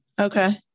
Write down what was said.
Okay